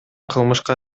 кылмышка